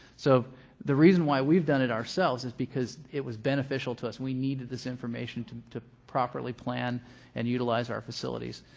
so the reason why we've done it ourselves is because it was beneficial to us. we needed this information to to properly plan and utilize our facilities.